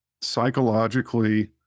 psychologically